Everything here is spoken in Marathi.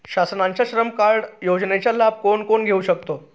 शासनाच्या श्रम कार्ड योजनेचा लाभ कोण कोण घेऊ शकतो?